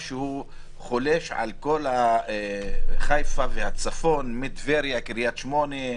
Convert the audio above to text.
שחולש על חיפה והצפון, מטבריה, קריית שמונה,